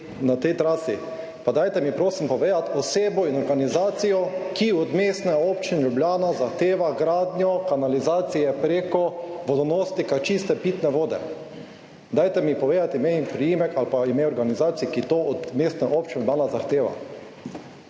na tej trasi pa dajte mi prosim povedati osebo in organizacijo, ki od Mestne občine Ljubljana zahteva gradnjo kanalizacije preko vodonosnika čiste pitne vode? Dajte mi povedati ime in priimek ali pa ime organizacije, ki to od Mestne občine Ljubljana zahteva?